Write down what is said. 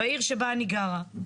בעיר שבה אני גרה.